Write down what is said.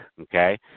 okay